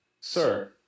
Sir